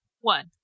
One